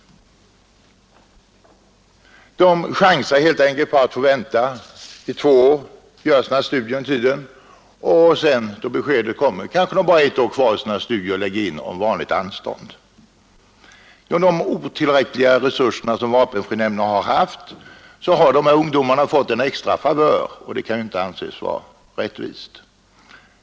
De ”chansar” helt enkelt på att få vänta tva är och avverka en del av sina studier under tiden. När beskedet kommer kanske de bara har ett är kvar av sina studier och de lägger da in ansökan om vanligt anständ. Med de otillräckliga resurser som vapenfrinämnden har haft har dessa ungdomar fatt en extra favör och det kan ju inte anses vara rättvist.